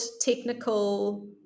technical